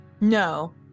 no